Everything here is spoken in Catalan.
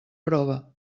prova